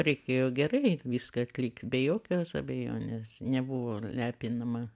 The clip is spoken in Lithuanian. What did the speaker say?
reikėjo gerai viską atlikt be jokios abejonės nebuvo lepinama